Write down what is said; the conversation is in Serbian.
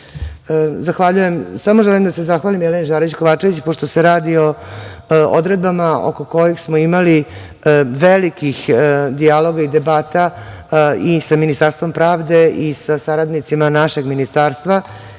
želim da se zahvalim Jeleni Žarić Kovačević, pošto se radi o odredbama oko kojih smo imali velikih dijaloga i debata i sa Ministarstvom pravde i sa saradnicima našeg Ministarstva,